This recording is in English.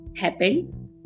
happen